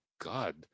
God